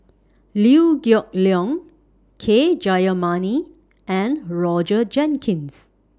Liew Geok Leong K Jayamani and Roger Jenkins